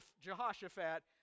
Jehoshaphat